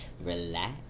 relax